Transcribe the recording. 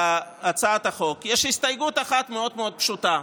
להצעת החוק יש הסתייגות אחת מאוד מאוד פשוטה,